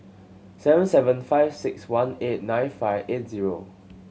seven seven five six one eight nine five eight zero